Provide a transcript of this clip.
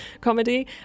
comedy